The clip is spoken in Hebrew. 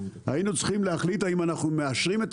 היינו צריכים להחליט אם אנחנו מאשרים את